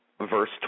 verse